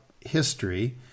history